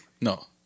No